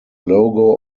logo